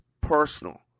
personal